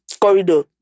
Corridor